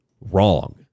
wrong